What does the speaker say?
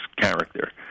character